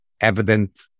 evident